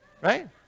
right